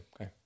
Okay